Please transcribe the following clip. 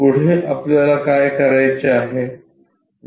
पुढे आपल्याला काय करायचे आहे